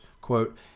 Quote